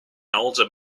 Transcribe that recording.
older